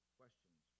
questions